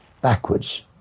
backwards